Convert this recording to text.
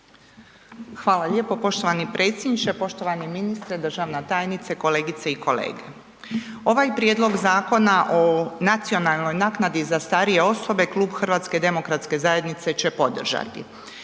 Hvala lijepo poštovani predsjedniče, poštovani ministre, državna tajnice, kolegice i kolege. Ovaj Prijedlog Zakona o nacionalnoj naknadi za starije osobe Klub HDZ-a će podržati